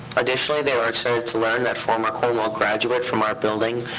additionally, they were excited to learn that former cornwall graduate from our building,